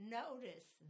notice